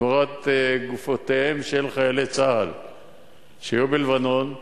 תמורת גופותיהם של חיילי צה"ל שהיו בלבנון,